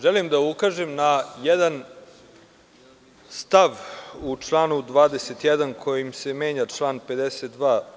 Želim da ukažem na jedan stav u članu 21. kojim se menja član 52.